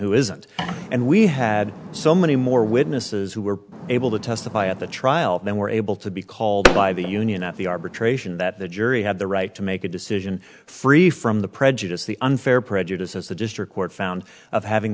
who isn't and we had so many more witnesses who were able to testify at the trial they were able to be called by the union at the arbitration that the jury had the right to make a decision free from the prejudice the unfair prejudice as the district court found of having